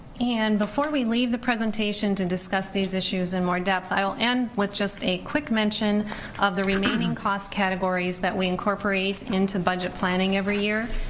and before we leave the presentation to discuss these issue in more depth, i will end with just a quick mention of the remaining cost categories that we incorporate into budget planning every year.